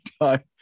time